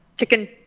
Chicken